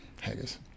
Haggis